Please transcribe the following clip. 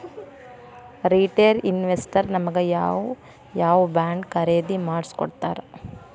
Retail investors ನಮಗ್ ಯಾವ್ ಯಾವಬಾಂಡ್ ಖರೇದಿ ಮಾಡ್ಸಿಕೊಡ್ತಾರ?